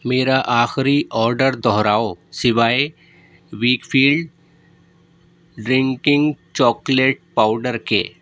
میرا آخری آرڈر دوہراؤ سوائے ویکفیلڈ ڈرنکنگ چاکلیٹ پاؤڈر کے